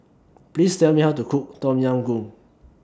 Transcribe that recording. Please Tell Me How to Cook Tom Yam Goong